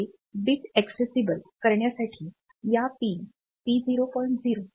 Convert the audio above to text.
हे bit accessible करण्यासाठी या पिन P0